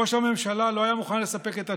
ראש הממשלה לא היה מוכן לספק את התשובות,